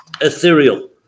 ethereal